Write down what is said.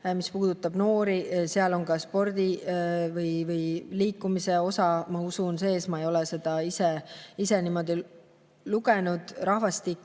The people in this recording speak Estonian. see puudutab noori ja seal on ka spordi või liikumise osa, ma usun, sees. Ma ei ole seda ise niimoodi lugenud.